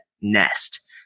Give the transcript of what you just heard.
nest